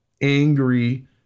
angry